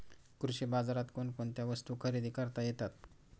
कृषी बाजारात कोणकोणत्या वस्तू खरेदी करता येतात